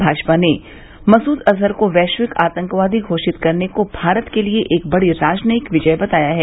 भाजपा ने मसूद अजहर को वैश्विक आतंकवादी घोषित करने को भारत के लिए एक बड़ी राजनयिक विजय बताया है